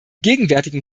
gegenwärtigen